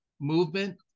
movement